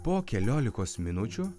po keliolikos minučių